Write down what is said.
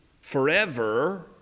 forever